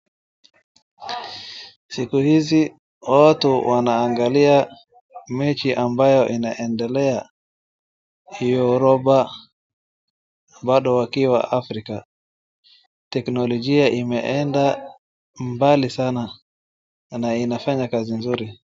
Siku hizi watu wanaangalia mechi ambayo inaendelea kiyuropa bado wakiwa Africa. Teknolojia imeenda mbali sana na inafanya kazi mzuri.